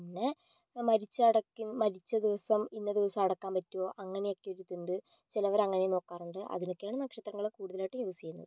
പിന്നെ മരിച്ച അടക്കും മരിച്ച ദിവസം ഇന്ന ദിവസം അടക്കാൻ പറ്റുവോ അങ്ങനെയൊക്കെ ഒരിതുണ്ട് ചിലവർ അങ്ങനെയും നോക്കാറുണ്ട് അതിനൊക്കെയാണ് നക്ഷത്രങ്ങൾ കൂടുതലായിട്ട് യൂസ് ചെയ്യുന്നത്